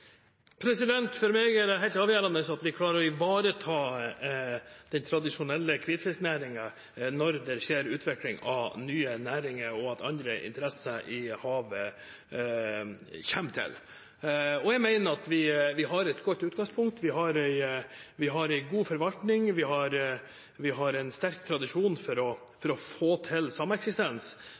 For meg er det helt avgjørende at vi klarer å ivareta den tradisjonelle hvitfisknæringen når det skjer utvikling av nye næringer og når andre interesser knyttet til havet kommer til. Jeg mener vi har et godt utgangspunkt – vi har en god forvaltning og en sterk tradisjon for å få til sameksistens.